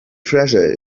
treasure